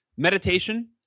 Meditation